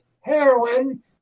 heroin